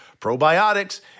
probiotics